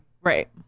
Right